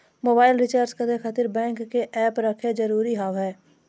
Mobile recharge करे खातिर bank के ऐप रखे जरूरी हाव है?